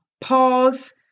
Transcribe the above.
pause